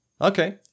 okay